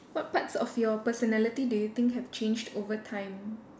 what parts of your personality do you think have changed over time